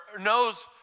knows